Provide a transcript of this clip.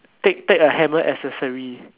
take take a hammer accessory